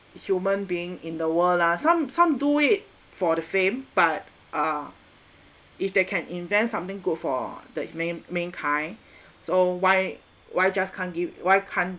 human being in the world lah some some do it for the fame but ah if they can invent something good for the man~ mankind so why why just can't gi~ why can't